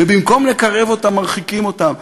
ובמקום לקרב אותם מרחיקים אותם.